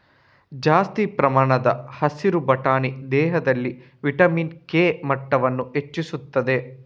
ಜಾಸ್ತಿ ಪ್ರಮಾಣದ ಹಸಿರು ಬಟಾಣಿ ದೇಹದಲ್ಲಿ ವಿಟಮಿನ್ ಕೆ ಮಟ್ಟವನ್ನ ಹೆಚ್ಚಿಸ್ತದೆ